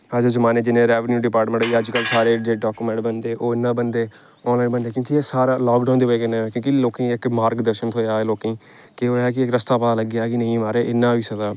अदूं जमान्ने जियां रेवन्यू डिपार्टमेंट अज्जकल सारे जेह्ड़े डाकोमेंट बनदे ओह् इ'यां बनदे आनलाइन बनदे क्योंकि एह् सारा लाकडाउन दी बजह कन्नै होएआ क्योंकि लोकें गी इक मार्गदर्शन थ्होएआ लोकें गी केह् होएआ कि इक रस्ता पता लग्गेआ कि नेईं महाराज इ'यां होई सकदा